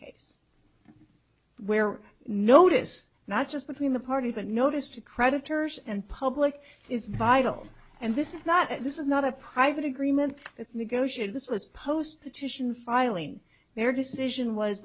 case where notice not just between the parties but notice to creditors and public is vital and this is not this is not a private agreement it's negotiated this was poster titian filing their decision was